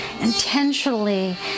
intentionally